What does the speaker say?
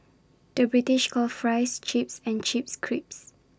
the British calls Fries Chips and Chips Crisps